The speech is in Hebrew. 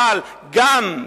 אבל גם,